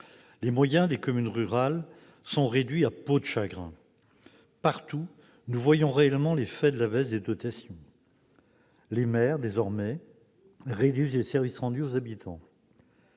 Les moyens des communes rurales sont réduits à peau de chagrin ! Partout, nous voyons réellement l'effet de la baisse des dotations. Les maires, désormais, réduisent les services rendus aux habitants.